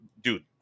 Dude